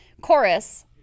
chorus